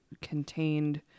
contained